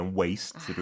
waste